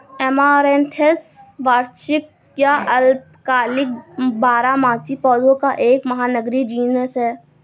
amaranthus वार्षिक या अल्पकालिक बारहमासी पौधों का एक महानगरीय जीनस है